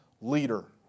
leader